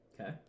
Okay